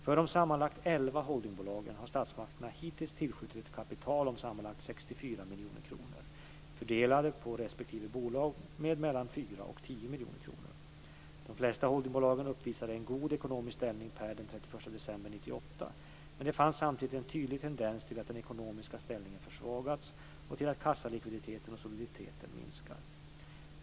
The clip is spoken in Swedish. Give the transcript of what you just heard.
För de sammanlagt elva holdingbolagen har statsmakterna hittills tillskjutit ett kapital om sammanlagt 64 miljoner kronor fördelade på respektive bolag med mellan 4 och 10 miljoner kronor. De flesta holdingbolagen uppvisade en god ekonomisk ställning per den 31 december 1998, men det fanns samtidigt en tydlig tendens till att den ekonomiska ställningen försvagas och till att kassalikviditeten och soliditeten minskar.